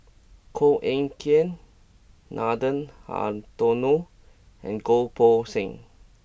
Koh Eng Kian Nathan Hartono and Goh Poh Seng